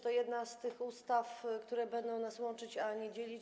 To jedna z tych ustaw, które będą nas łączyć, a nie dzielić.